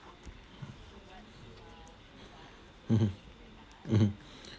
mmhmm mmhmm